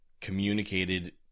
communicated